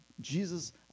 Jesus